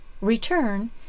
Return